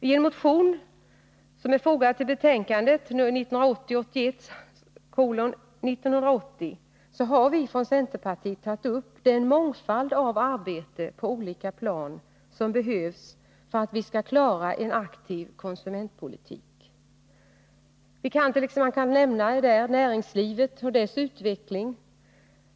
I motionen till detta betänkande 1980/81:1980 har vi från centerpartiet tagit upp den mångfald av arbete på olika plan som behövs för att vi skall klara en aktiv konsumentpolitik. Man kan nämna näringslivet och dess utveckling.